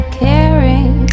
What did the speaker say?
caring